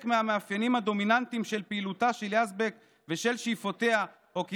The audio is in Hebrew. מהמאפיינים הדומיננטיים של פעילותה של יזבק ושל שאיפותיה או כי